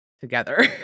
together